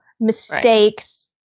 mistakes